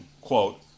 quote